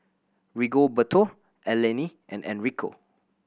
Rigoberto Eleni and Enrico